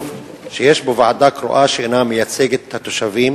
שיש בו ועדה קרואה שאינה מייצגת את התושבים?